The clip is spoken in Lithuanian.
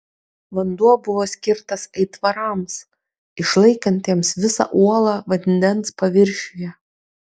vanduo buvo skirtas aitvarams išlaikantiems visą uolą vandens paviršiuje